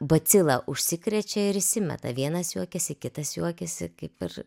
bacila užsikrečia ir įsimeta vienas juokiasi kitas juokiasi kaip ir